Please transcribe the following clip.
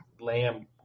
Lamb